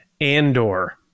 Andor